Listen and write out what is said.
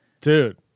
Dude